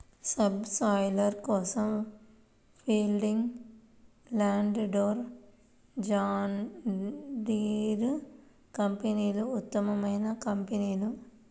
sub soiler కోసం Fieldking, Landforce, John Deere కంపెనీలు ఉత్తమమైన కంపెనీలు